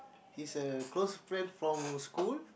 he is a close friend from school